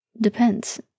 Depends